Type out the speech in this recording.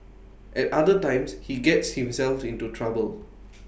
at other times he gets himself into trouble